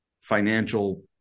financial